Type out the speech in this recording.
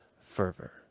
fervor